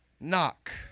knock